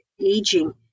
aging